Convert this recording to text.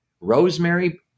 rosemary